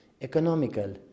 economical